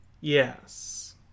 Yes